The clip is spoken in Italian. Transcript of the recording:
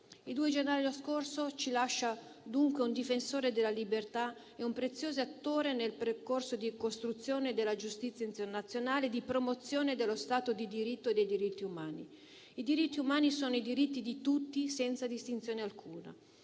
Il 2 gennaio scorso ci lascia dunque un difensore della libertà e un prezioso attore nel percorso di costruzione della giustizia internazionale e di promozione dello Stato di diritto e dei diritti umani. I diritti umani sono i diritti di tutti, senza distinzione alcuna.